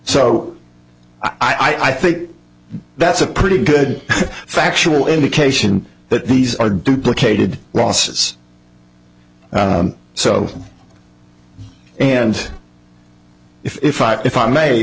so i think that's a pretty good factual indication that these are duplicated losses so and if i if i may